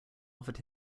offered